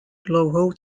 dlouhou